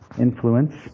influence